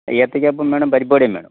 ഏത്തയ്ക്കാപ്പം വേണം പരിപ്പുവടയും വേണം